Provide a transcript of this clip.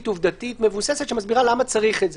עובדתית מבוססת שמסבירה למה צריך את זה.